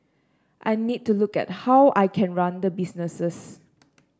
I need to look at how I can run the businesses